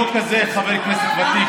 לא ירדתי.